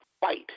fight